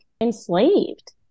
enslaved